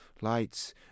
Lights